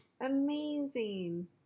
Amazing